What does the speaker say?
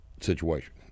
situation